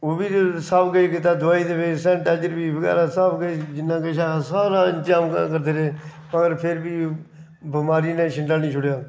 ओह् बी सब किश कीता दोआई बी सैनिटाइजर बगैरा बी सब किश जिन्ना किश ऐ हा सारा इंतजाम करदे रेह् पर फिर बी बमारी ने छिंडा नेईं छोड़ेआ